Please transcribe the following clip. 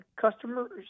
customers